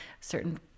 certain